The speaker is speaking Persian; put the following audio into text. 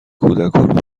کودکان